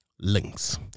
links